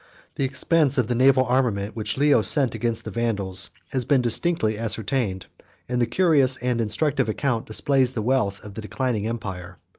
the expense of the naval armament, which leo sent against the vandals, has been distinctly ascertained and the curious and instructive account displays the wealth of the declining empire.